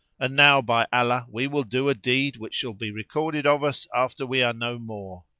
and now by allah, we will do a deed which shall be recorded of us after we are no more.